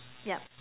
yup